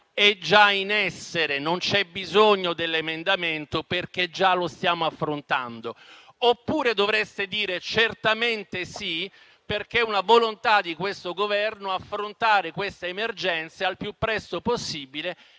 è già in essere; non c'è bisogno dell'emendamento perché si sta già affrontando la questione; oppure dovreste dire certamente sì, perché è una volontà del Governo affrontare queste emergenze al più presto possibile